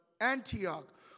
Antioch